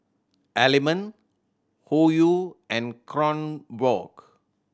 Element Hoyu and Kronenbourg